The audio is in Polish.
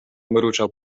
mruczał